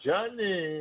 Johnny